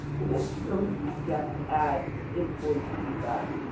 this really gets at employee feedback.